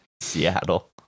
seattle